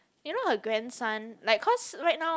you know her grandson like cause right now